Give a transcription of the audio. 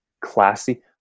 classy